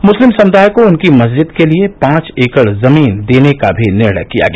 मुस्लिम समुदाय को उनकी मस्जिद के लिए पांच एकड़ जमीन देने का भी निर्णय किया गया